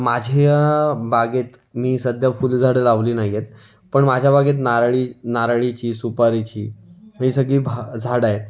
माझ्या बागेत मी सध्या फुलझाडं लावली नाही आहेत पण माझ्या बागेत नारळी नारळीची सुपारीची ही सगळी भा झाडं आहे